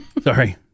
Sorry